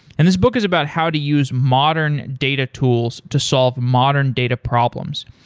and this book is about how to use modern data tools to solve modern data problems.